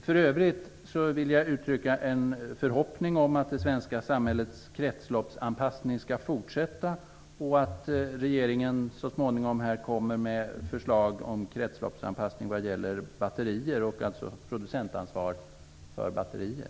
För övrigt vill jag uttrycka en förhoppning om att det svenska samhällets kretsloppsanpassning skall fortsätta, och att regeringen så småningom kommer med förslag om kretsloppsanpassning och producentansvar för batterier.